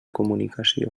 comunicació